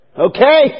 Okay